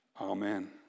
Amen